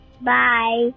Bye